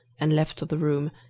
and left the room,